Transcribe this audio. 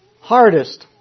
hardest